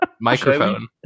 Microphone